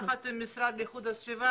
יחד עם המשרד להגנת הסביבה.